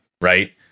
right